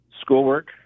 schoolwork